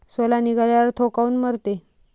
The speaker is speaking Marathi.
सोला निघाल्यावर थो काऊन मरते?